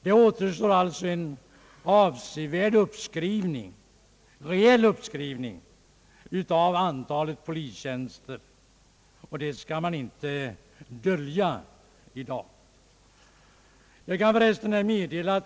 Det återstår alltså en rejäl uppskrivning av antalet polistjänster, och det skall man inte dölja i dag.